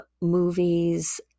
movies